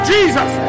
Jesus